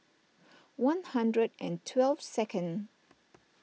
one hundred and twelve second